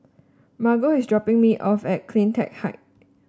Margo is dropping me off at CleanTech Height